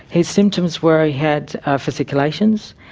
his symptoms were he had fasciculations,